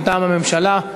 מטעם הממשלה,